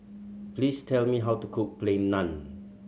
please tell me how to cook Plain Naan